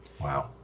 Wow